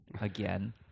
Again